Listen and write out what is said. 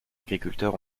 agriculteur